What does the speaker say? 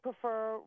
prefer